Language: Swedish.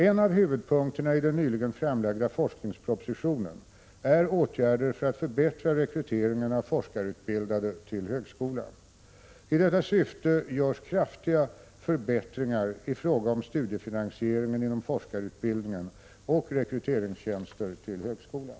En av huvudpunkterna i den nyligen framlagda forskningspropositionen är åtgärder för att förbättra rekryteringen av forskarutbildade till högskolan. I detta syfte görs kraftiga förbättringar i fråga om studiefinansieringen inom forskarutbildningen och rekryteringstjänster till högskolan.